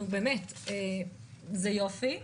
הכול זה יופי,